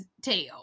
tail